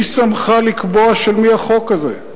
מי שמך לקבוע של מי החוק הזה?